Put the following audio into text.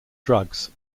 drugs